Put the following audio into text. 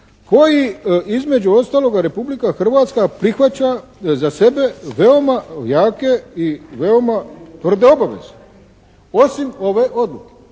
koji između ostaloga Republika Hrvatska prihvaća za sebe veoma jake i veoma tvrde obaveze, osim ove odluke,